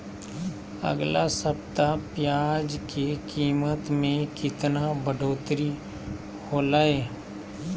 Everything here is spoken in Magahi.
अगला सप्ताह प्याज के कीमत में कितना बढ़ोतरी होलाय?